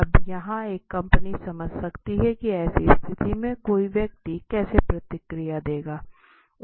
अब यहाँ एक कंपनी समझ सकती है कि ऐसी स्थिति में कोई व्यक्ति कैसे प्रतिक्रिया देगा